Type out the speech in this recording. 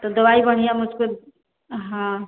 तो दवाई बढ़ियां मुझको हाँ